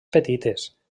petites